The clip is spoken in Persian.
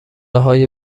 های